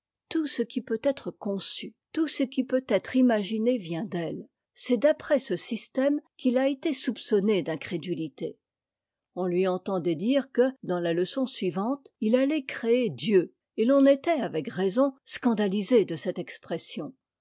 tout ce qui peut être conçu tout ce qui peut être imaginé vient d'elle c'est d'après ce système qu'il a été soupçonné d'incrédulité on lui entendait dire que dans la leçon suivante il allait créer dieu et t'en était avec raison scandalisé de cette expression